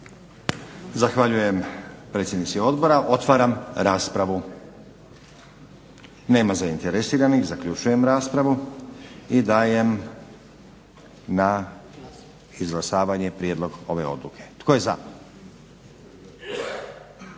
Zahvaljujem predsjednici odbora. Otvaram raspravu. Nema zainteresiranih. Zaključujem raspravu i dajem na izglasavanje prijedlog ove odluke. Tko je za?